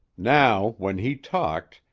now, when he talked,